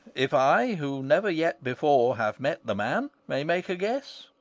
if i, who never yet before have met the man, may make a guess,